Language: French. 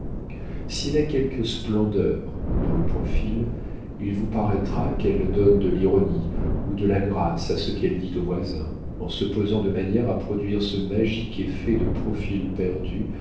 elle a quelque splendeur dans le profil il vous paraîtra qu'elle donne de l'ironie ou de la grâce à ce qu'elle dit au voisin en se posant de manière à produire ce magique effet de profil perdu